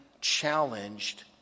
challenged